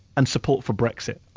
and support for brexit.